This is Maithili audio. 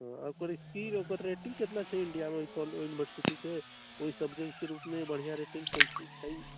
तऽ ओकर की ओकर रेटिङ्ग कतना छै इन्डियामे ओहि यूनिवर्सिटीके ओहि सब्जेक्टके रूपमे बढ़िआँ रेटिङ्गके छै